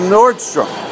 Nordstrom